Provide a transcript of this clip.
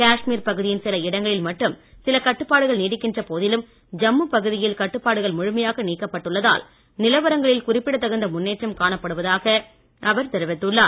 காஷ்மீர் பகுதியின் சில இடங்களில் மட்டும் சில கட்டுப்பாடுகள் நீடிக்கின்ற போதிலும் ஜம்மு பகுதியில் கட்டுப்பாடுகள் முழுமையாக நீக்கப்பட்டுள்ளதால் நிலவரங்களில் குறிப்பிடத் தகுந்த முன்னேற்றம் காணப்படுவதாக அவர் தெரிவித்துள்ளார்